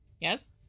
Yes